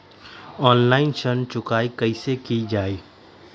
Online ऋण चुकाई कईसे की ञाई?